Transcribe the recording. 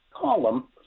column